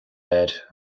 air